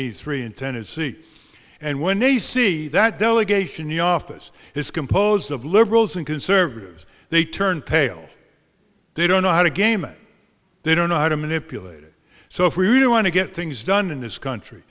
eighty three in tennessee and when they see that delegation the office is composed of liberals and conservatives they turn pale they don't know how to game and they don't know how to manipulate it so if we really want to get things done in this country